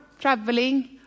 traveling